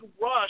rush